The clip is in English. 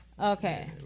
Okay